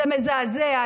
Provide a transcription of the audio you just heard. זה מזעזע.